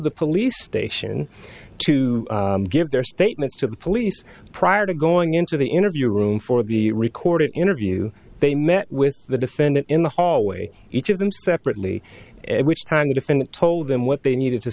the police station to give their statements to the police prior to going into the interview room for the recorded interview they met with the defendant in the hallway each of them separately which time the defendant told them what they needed to